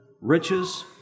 riches